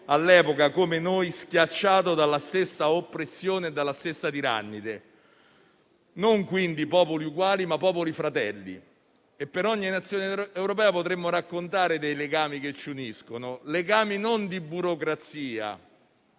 all'epoca, come noi, era schiacciato dalla stessa oppressione e dalla stessa tirannide. Non siamo quindi popoli uguali, ma popoli fratelli e per ogni Nazione europea potremmo raccontare dei legami che ci uniscono e che non sono legami